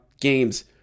games